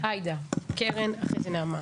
עאידה, קרן ואחרי זה נעמה.